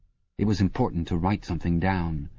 it was important to write something down.